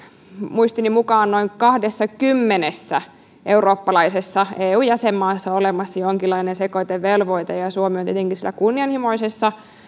muistini mukaan noin kahdessakymmenessä eurooppalaisessa eu jäsenmaassa on olemassa jonkinlainen sekoitevelvoite ja suomi on tietenkin siellä kunnianhimoisessa